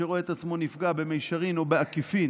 שרואה את עצמו נפגע במישרין או בעקיפין,